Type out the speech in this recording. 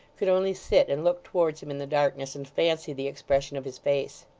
could only sit and look towards him in the darkness, and fancy the expression of his face.